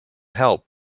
help